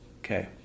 okay